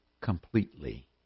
completely